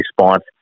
response